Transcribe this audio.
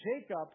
Jacob